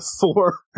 four